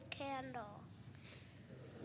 candle